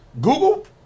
Google